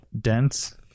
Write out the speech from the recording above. dense